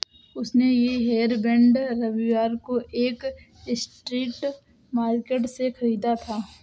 उसने ये हेयरबैंड रविवार को एक स्ट्रीट मार्केट से खरीदा था